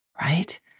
right